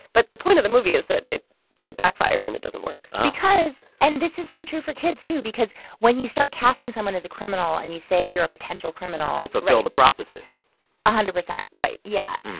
but the point of the movie is that it it backfires, and it doesn't work because and this is so true for kids, too, because when you start casting someone as a criminal and you say, you're a potential criminal. they fulfill the prophecy a hundred percent right yeah.